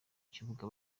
kibuga